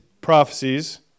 prophecies